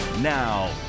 Now